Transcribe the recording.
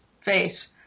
face